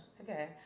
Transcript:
Okay